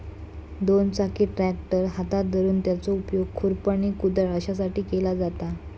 दोन चाकी ट्रॅक्टर हातात धरून त्याचो उपयोग खुरपणी, कुदळ अश्यासाठी केलो जाता